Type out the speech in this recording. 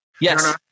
Yes